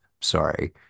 sorry